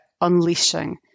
unleashing